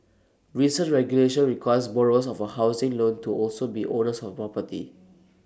recent regulation requires borrowers of A housing loan to also be owners of A property